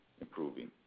improving